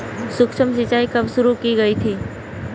सूक्ष्म सिंचाई कब शुरू की गई थी?